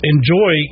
enjoy